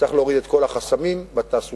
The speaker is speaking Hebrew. צריך להוריד את כל החסמים בתעסוקה,